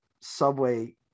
subway